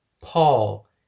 Paul